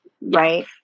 right